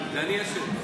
זה אני אשם.